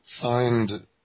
find